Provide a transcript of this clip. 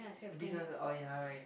business oh ya right